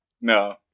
No